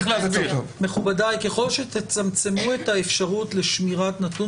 ככל שתצמצמו את האפשרות לשמירת נתון